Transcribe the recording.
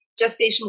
gestational